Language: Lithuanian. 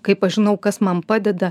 kaip aš žinau kas man padeda